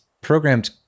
programmed